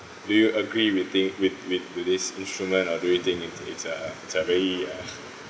do you agree with thing with with today's instrument or do you think it's it's uh it's uh very uh